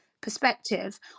perspective